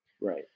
Right